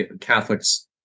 Catholics